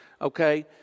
okay